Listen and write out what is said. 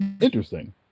Interesting